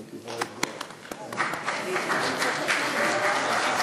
על ההצהרה)